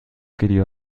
querido